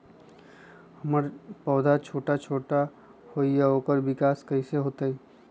हमर पौधा छोटा छोटा होईया ओकर विकास कईसे होतई?